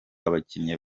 abakinyi